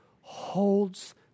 holds